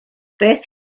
beth